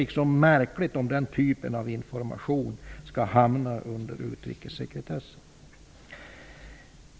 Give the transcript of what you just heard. Det är märkligt om den typen av information skall hamna under utrikessekretessen.